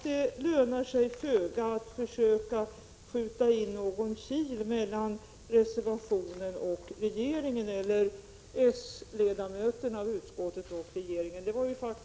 Det lönar sig föga att försöka skjuta in någon kil mellan reservanterna och regeringen, eller mellan de socialdemokratiska ledamöterna i utskottet och regeringen.